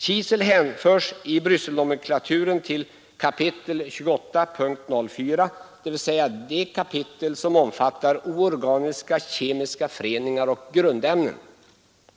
Kisel hänförs i Brysselnomenklaturen till kapitel 28.04, dvs. det kapitel som omfattar oorganiska kemiska föreningar och grundämnen.